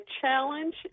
challenge